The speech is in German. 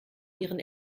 ihren